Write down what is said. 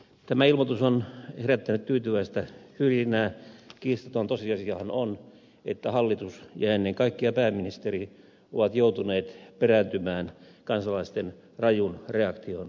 tämä ilmoitus on herättänyt tyytyväistä hyrinää kiistaton tosiasiahan on että hallitus ja ennen kaikkea pääministeri ovat joutuneet perääntymään kansalaisten rajun reaktion edessä